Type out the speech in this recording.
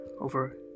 over